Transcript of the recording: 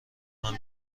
منم